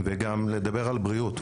וגם לדבר על בריאות,